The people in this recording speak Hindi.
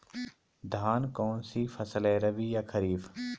धान कौन सी फसल है रबी या खरीफ?